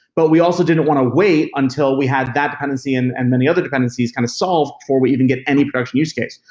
but we also didn't want to wait until we had that dependency and and many other dependencies kind of solve before we even get any production use case.